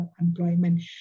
employment